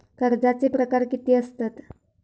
कर्जाचे प्रकार कीती असतत?